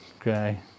okay